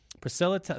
Priscilla